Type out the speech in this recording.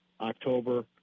October